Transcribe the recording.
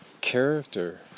Character